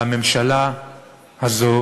והממשלה הזאת